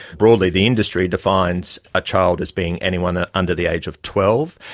broadly the industry defines a child as being anyone ah under the age of twelve,